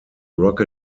rock